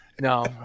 No